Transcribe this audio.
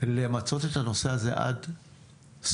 למצות את הנושא הזה עד סופו.